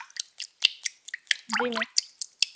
जी मै